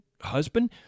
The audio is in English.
husband